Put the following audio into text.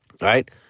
right